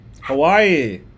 Hawaii